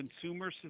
consumer